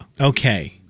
Okay